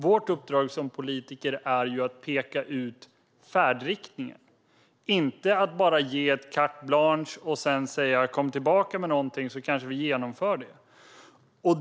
Vårt uppdrag som politiker är att peka ut färdriktningen, inte att bara ge carte blanche och säga "kom tillbaka med något så kanske vi genomför det".